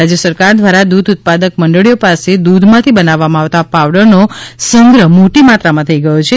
રાજ્ય સરકાર દ્વારા દુધ ઉત્પાદકક મંડળીઓ પાસે દુધમાથી બનાવામાં આવતા પાવડરનો સંગ્રહ મોટી માત્રમાં થઇ ગયો છે